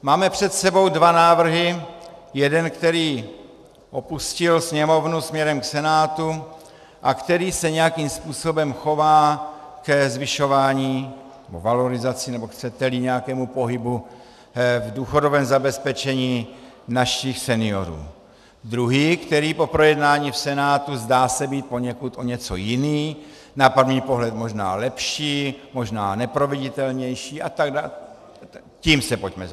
Máme před sebou dva návrhy, jeden, který opustil Sněmovnu směrem k Senátu a který se nějakým způsobem chová ke zvyšování, valorizaci, nebo chceteli nějakému pohybu v důchodovém zabezpečení našich seniorů, druhý, který po projednání v Senátu zdá se být poněkud o něco jiný, na první pohled možná lepší, možná neproveditelnější a tak dále, tím se pojďme zabývat.